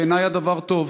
בעיני הדבר טוב.